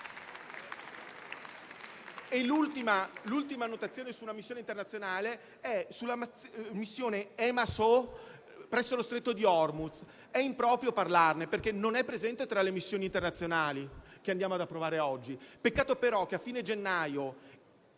L'ultima notazione su una missione internazionale concerne la missione Emasoh presso lo Stretto di Hormuz. È improprio parlarne perché non è presente tra le missioni internazionali che andiamo ad approvare oggi. Peccato, però, che a fine gennaio